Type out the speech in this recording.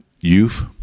youth